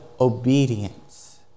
obedience